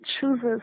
chooses